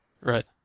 Right